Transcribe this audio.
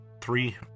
three